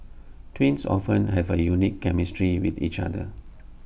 twins often have A unique chemistry with each other